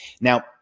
Now